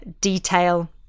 detail